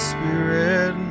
Spirit